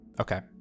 okay